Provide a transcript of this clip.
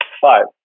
Five